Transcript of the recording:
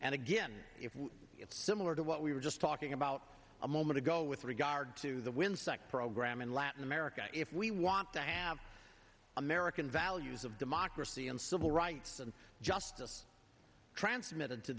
and again it's similar to what we were just talking about a moment ago with regard to the winds that program in latin america if we want to have american values of democracy and civil rights and justice transmitted to